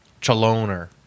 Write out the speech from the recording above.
Chaloner